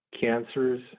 cancers